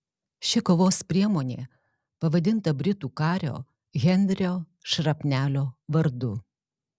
ši kovos priemonė pavadinta britų kario henrio šrapnelio vardu